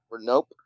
Nope